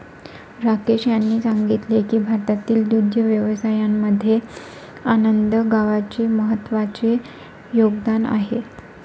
राकेश यांनी सांगितले की भारतातील दुग्ध व्यवसायामध्ये आनंद गावाचे महत्त्वाचे योगदान आहे